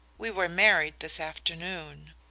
we were married this afternoon.